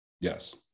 Yes